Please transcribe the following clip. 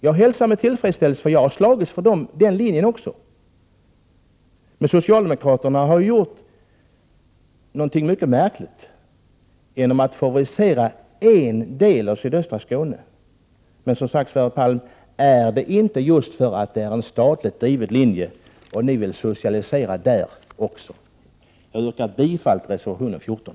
Jag hälsar även detta med tillfredsställelse, för jag har slagits för den linjen också. Men socialdemokraterna har gjort någonting mycket märkligt: de har favoriserat en del av sydöstra Skåne. Men som sagt, Sverre Palm, är det inte just därför att det rör sig om en statligt driven linje och därför att ni vill socialisera där också? Jag yrkar bifall till reservation 14.